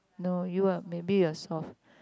no you are maybe you are soft